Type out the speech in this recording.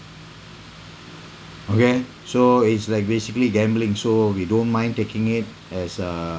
okay so it's like basically gambling so we don't mind taking it as a